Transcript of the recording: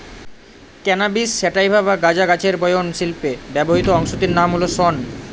cannabis sativa বা গাঁজা গাছের বয়ন শিল্পে ব্যবহৃত অংশটির নাম হল শন